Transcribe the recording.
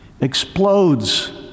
explodes